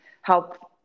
help